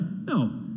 No